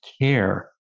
care